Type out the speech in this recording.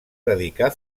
dedicar